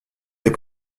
les